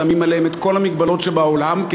שמים עליהם את כל המגבלות שבעולם כי